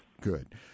Good